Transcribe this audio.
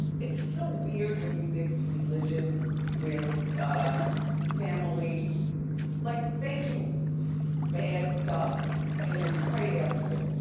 it's so weird when you mix religion with ah family like they do bad stuff and then pray after it.